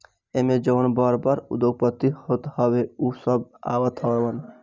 एमे जवन बड़ बड़ उद्योगपति होत हवे उ सब आवत हवन